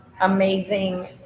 amazing